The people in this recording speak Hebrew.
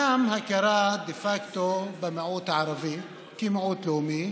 המיעוט הערבי כמיעוט לאומי,